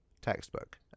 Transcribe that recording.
textbook